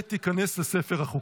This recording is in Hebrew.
נגד, שלושה, אין נמנעים.